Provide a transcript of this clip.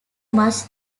much